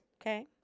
Okay